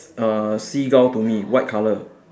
uh seagull to me white color